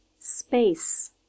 space